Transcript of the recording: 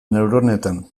neuronetan